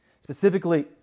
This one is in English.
Specifically